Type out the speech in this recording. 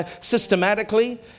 systematically